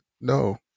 No